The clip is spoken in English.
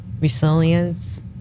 resilience